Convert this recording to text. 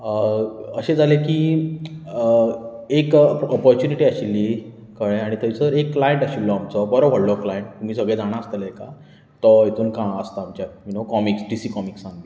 अशें जालें की एक ऑपोर्चुनीटी आशिल्ली कळ्ळें आनी थंयसर एक क्लांयट आशिल्लो आमचो बरो व्हडलो क्लायंट तुमी सगळे जाणां आसतले तेका तो हेतूंत कामाक आसता आमच्या यु नो डीसी कॉमीक्सांत बी